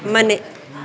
ಮನೆ